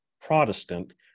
Protestant